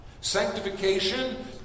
Sanctification